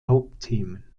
hauptthemen